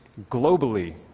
globally